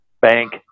bank